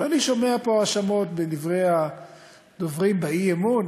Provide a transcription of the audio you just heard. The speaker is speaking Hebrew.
ואני שומע פה האשמות בדברי הדוברים באי-אמון,